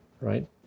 right